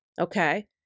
Okay